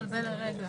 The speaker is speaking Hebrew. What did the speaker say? להביא לגביית